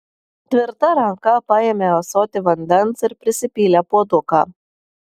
tvirta ranka paėmė ąsotį vandens ir prisipylė puoduką